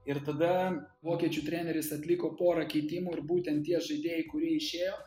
ir tada vokiečių treneris atliko porą keitimų ir būtent tie žaidėjai kurie išėjo